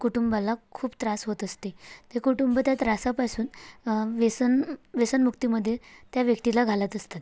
कुटुंबाला खूप त्रास होत असते त्या कुटुंब त्या त्रासापासून व्यसन व्यसनमुक्तीमध्ये त्या व्यक्तीला घालत असतात